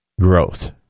growth